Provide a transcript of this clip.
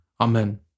Amen